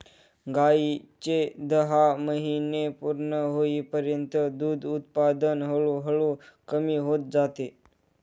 गायीचे दहा महिने पूर्ण होईपर्यंत दूध उत्पादन हळूहळू कमी होत जाते